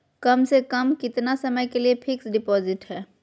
कम से कम कितना समय के लिए फिक्स डिपोजिट है?